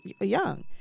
young